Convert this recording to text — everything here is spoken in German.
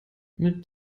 mit